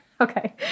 Okay